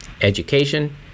education